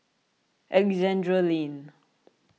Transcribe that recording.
Alexandra Lane